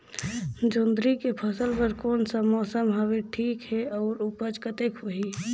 जोंदरी के फसल बर कोन सा मौसम हवे ठीक हे अउर ऊपज कतेक होही?